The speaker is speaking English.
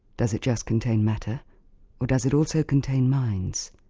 does it just contain matter or does it also contain minds,